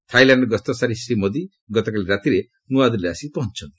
Thailand ଗସ୍ତ ସାରି ଶ୍ରୀ ମୋଦି ଗତକାଲି ରାତିରେ ନୂଆଦିଲ୍ଲୀରେ ଆସି ପହଞ୍ଚିଚନ୍ତି